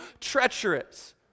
treacherous